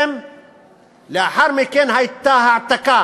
לאחר מכן הייתה העתקה